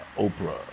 Oprah